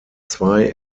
zwei